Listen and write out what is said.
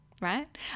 right